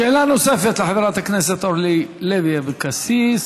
שאלה נוספת לחברת הכנסת אורלי לוי אבקסיס,